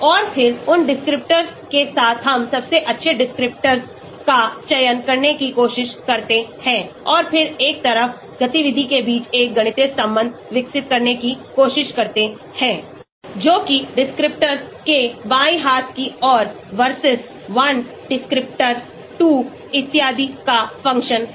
और फिर उन descriptors के साथ हम सबसे अच्छे descriptors का चयन करने की कोशिश करते हैं और फिर एक तरफ गतिविधि के बीच एक गणितीय संबंध विकसित करने की कोशिश करते हैं जो कि descriptors के बाएं हाथ की ओर versus 1 descriptors 2 इत्यादि का फंक्शन है